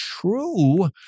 true